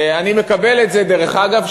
דרך אגב,